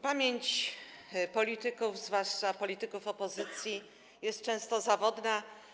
Pamięć polityków, zwłaszcza polityków opozycji, jest często zawodna.